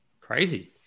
Crazy